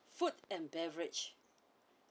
food and beverage